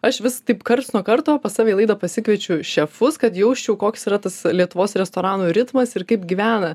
aš vis taip karts nuo karto pas save į laidą pasikviečiau šefus kad jausčiau koks yra tas lietuvos restoranų ritmas ir kaip gyvena